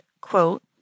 quote